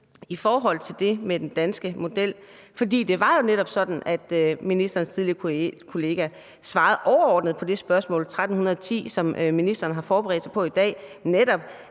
tilbage til det med den danske model. For det var jo netop sådan, at ministerens tidligere kollega overordnet svarede på det spørgsmål nr. S 1310 om det samme emne, som ministeren har forberedt sig på i dag: Jeg